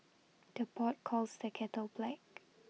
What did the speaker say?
the pot calls the kettle black